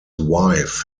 wife